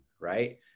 right